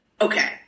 okay